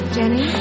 Jenny